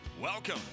Welcome